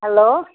hello